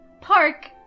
Park